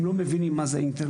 הם לא מבינים מה זה אינטרנט,